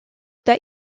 that